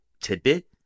tidbit